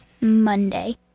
Monday